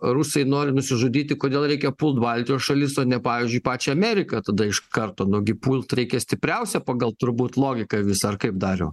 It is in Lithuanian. rusai nori nusižudyti kodėl reikia pult baltijos šalis o ne pavyzdžiui pačią ameriką tada iš karto nu gi pult reikia stipriausią pagal turbūt logiką visą ar kaip dariau